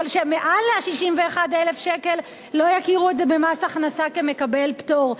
אלא שמעל ה-61,000 שקלים לא יכירו את זה במס הכנסה כמקבל פטור.